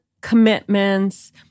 commitments